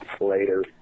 later